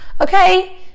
okay